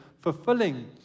fulfilling